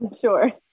Sure